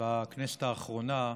בכנסת האחרונה,